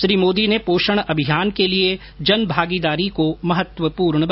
श्री मोदी ने पोषण अभियान के लिए जनभागीदारी को महत्वपूर्ण बताया